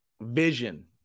vision